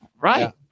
Right